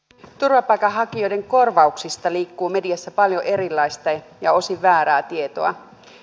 turvapaikanhakijoiden korvauksista liikkuu mediassa paljon erilaista ja osin väärää tietoa